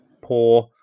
poor